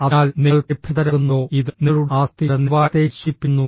അതിനാൽ നിങ്ങൾ പരിഭ്രാന്തരാകുന്നുണ്ടോ ഇത് നിങ്ങളുടെ ആസക്തിയുടെ നിലവാരത്തെയും സൂചിപ്പിക്കുന്നു